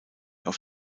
auf